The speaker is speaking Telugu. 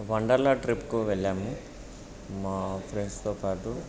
వండర్లా ట్రిప్కు వెళ్ళాము మా ఫ్రెండ్స్తో పాటు